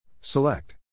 Select